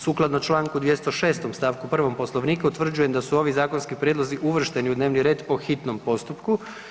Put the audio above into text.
Sukladno čl. 206. st. 1. Poslovnika utvrđujem da su ovi zakonski prijedlozi uvršteni u dnevni red po hitnom postupku.